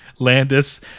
Landis